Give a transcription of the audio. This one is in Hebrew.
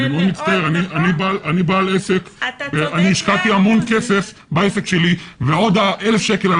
אני בעל עסק ואני השקעתי המון כסף בעסק שלי ועוד 1,000 שקלים,